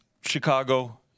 Chicago